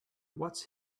what’s